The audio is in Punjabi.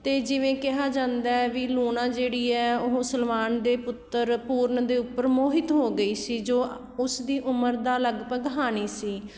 ਅਤੇ ਜਿਵੇਂ ਕਿਹਾ ਜਾਂਦਾ ਵੀ ਲੂਣਾ ਜਿਹੜੀ ਹੈ ਉਹ ਸਲਮਾਨ ਦੇ ਪੁੱਤਰ ਪੂਰਨ ਦੇ ਉੱਪਰ ਮੋਹਿਤ ਹੋ ਗਈ ਸੀ ਜੋ ਉਸਦੀ ਉਮਰ ਦਾ ਲਗਭਗ ਹਾਣੀ ਸੀ